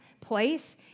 place